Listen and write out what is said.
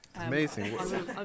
Amazing